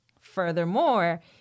furthermore